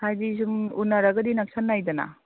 ꯍꯥꯏꯗꯤ ꯁꯨꯝ ꯎꯅꯔꯒꯗꯤ ꯅꯛꯁꯟꯅꯩꯗꯅ